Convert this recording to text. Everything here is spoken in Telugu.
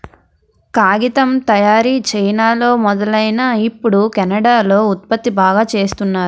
కాగితం తయారీ చైనాలో మొదలైనా ఇప్పుడు కెనడా లో ఉత్పత్తి బాగా చేస్తున్నారు